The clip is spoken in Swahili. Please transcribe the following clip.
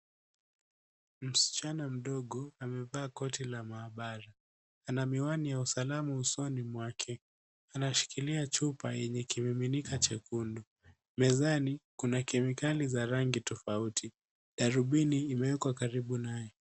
Msichana mdogo amevaa koti la maabara. Ana miwani ya usalama usoni mwake. Anashikilia chupa chenye kimiminika chekundu. Mezani, kuna kemikali za rangi tofauti. Darubini imewekwa karibu naye.